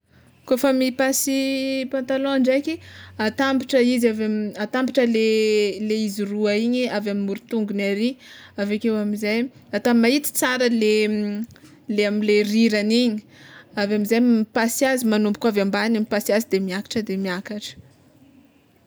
Kôfa mipasy patalon ndraiky atambatra izy ave atabatra le le izy roa igny avy amy morotongony ary, aveke amizay atao mahintsy tsara le le amle rirany, aveo amizay mipasy azy manomboko avy ambany mipasy azy de miakatra de miakatra.